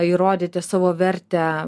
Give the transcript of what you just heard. įrodėte savo vertę